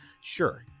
sure